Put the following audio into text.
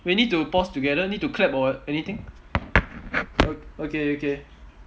wait need to pause together need to clap or anything o~ okay okay